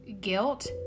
Guilt